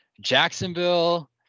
Jacksonville